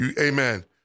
Amen